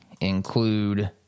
include